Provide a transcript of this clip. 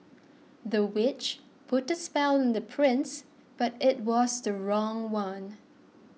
the witch put a spell on the prince but it was the wrong one